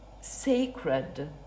sacred